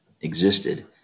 existed